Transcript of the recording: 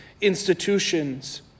institutions